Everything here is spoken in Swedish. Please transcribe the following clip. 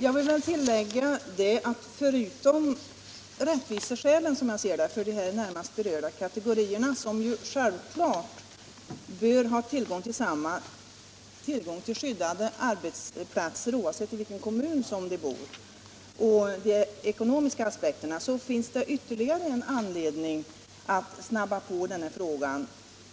Jag vill tillägga att förutom rättviseskälen för de närmast berörda kategorierna, som ju självklart bör ha tillgång till skyddade arbetsplatser oavsett i vilken kommun de bor och oavsett de ekonomiska aspekterna, finns det ytterligare en anledning att snabba på den här frågan.